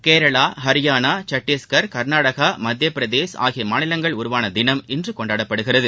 கேரளா ஹரியானா சத்தீஸ்கர் கர்நாடாகா மத்தியபிரதேஷ் ஆகியமாநிலங்கள் உருவானதினம் இன்றுகொண்டாடப்படுகிறது